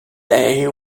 they